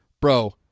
Bro